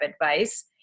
advice